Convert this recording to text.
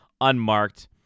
unmarked